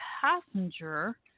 passenger